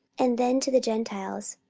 and then to the gentiles,